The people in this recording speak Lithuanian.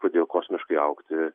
pradėjo kosmiškai augti